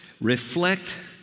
reflect